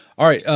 all right,